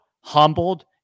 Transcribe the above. humbled